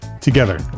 together